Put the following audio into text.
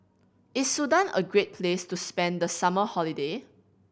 is Sudan a great place to spend the summer holiday